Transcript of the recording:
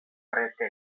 preteksto